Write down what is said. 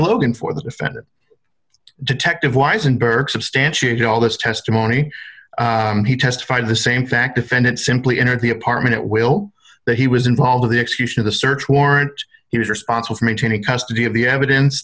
logan for the defendant detective wisenberg substantiated all this testimony he testified the same fact defendant simply entered the apartment at will that he was involved in the execution of the search warrant he was responsible for maintaining custody of the evidence